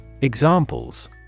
Examples